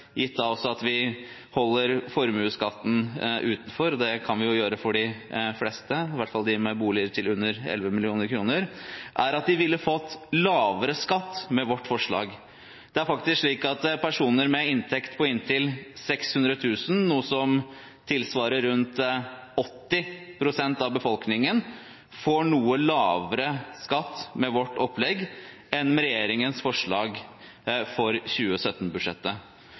gitt at vi holder formuesskatten utenfor, og det kan vi gjøre for de fleste, i hvert fall for dem med boliger under 11 mill. kr. Det er faktisk slik at personer med inntekt på inntil 600 000 kr, noe som tilsvarer rundt 80 pst av befolkningen, får noe lavere skatt med vårt opplegg enn med regjeringens forslag for